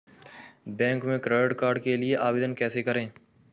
Bank में credit card के लिए आवेदन कैसे करें?